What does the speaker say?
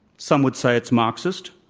some would say it's marxist.